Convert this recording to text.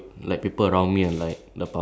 cause I used to like hate